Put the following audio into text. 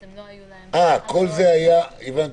הבנתי.